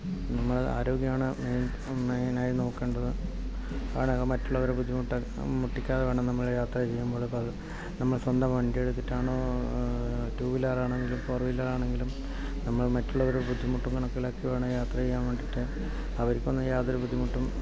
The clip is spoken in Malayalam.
നമ്മുടെ ആരോഗ്യമാണ് മെയിൻ മെയിനായി നോക്കേണ്ടത് ആടെ മറ്റുള്ളവരെ ബുദ്ധിമുട്ട് മുട്ടിക്കാതെ വേണം നമ്മൾ യാത്ര ചെയ്യുമ്പോൾ അത് നമ്മൾ സ്വന്തം വണ്ടിയെടുത്തിട്ടാണോ ടൂ വീലറാണെങ്കിലും ഫോർ വീലറാണെങ്കിലും നമ്മൾ മറ്റുള്ളവരെ ബുദ്ധിമുട്ടും കണക്കിലാക്കി വേണം യാത്ര ചെയ്യാൻ വേണ്ടിയിട്ട് അവർക്കൊന്നും യാതൊരു ബുദ്ധിമുട്ടും